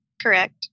correct